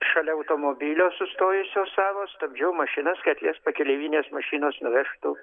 šalia automobilio sustojusio savo stabdžiau mašinas kad jas pakeleivinės mašinos nuvežtų